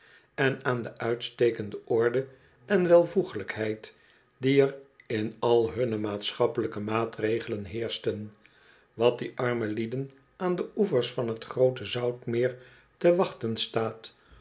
en aan de uitstekende orde en welvoeglijkheid die er in al hunne maatschappelijke maatregelen heerschten wat die arme lieden aan de oevers van t g roote zoutmeer te wachten staat